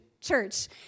church